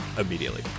immediately